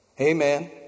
Amen